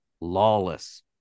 lawless